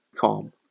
calm